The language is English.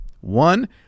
One